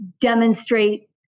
demonstrate